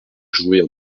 jouer